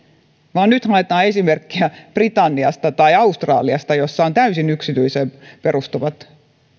vaan nyt haetaan esimerkkiä britanniasta tai australiasta joissa on täysin yksityiseen perustuvat